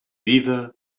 dida